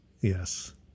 Yes